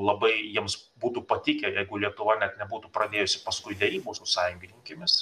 labai jiems būtų patikę jeigu lietuva net nebūtų pradėjusi paskui derybų su sąjungininkėmis